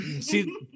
See